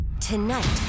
Tonight